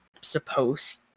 supposed